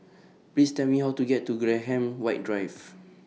Please Tell Me How to get to Graham White Drive